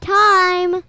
time